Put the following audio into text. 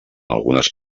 algunes